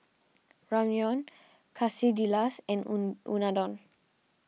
Ramyeon Quesadillas and Unadon